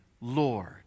Lord